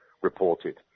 reported